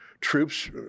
troops